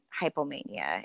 hypomania